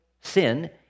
sin